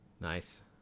Nice